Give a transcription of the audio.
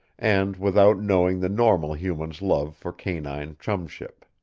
and without knowing the normal human's love for canine chumship.